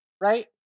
Right